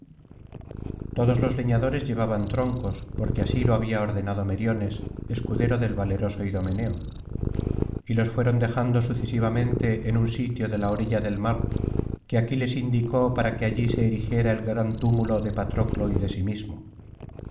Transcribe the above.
todos los leñadores llevaban troncos porque así lo había ordenado meriones escudero del valeroso idomeneo y los fueron dejando sucesivamente en un sitio de la orilla del mar que aquiles indicó para que allí se erigiera el gran túmulo de patroclo y de sí mismo